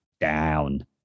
Down